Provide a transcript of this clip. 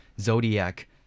zodiac